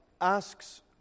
asks